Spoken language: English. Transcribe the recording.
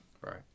Right